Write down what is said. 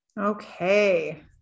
Okay